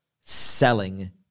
selling